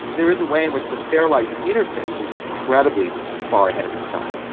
there is a way in which the fairlight's interface is incredibly far ahead of its time.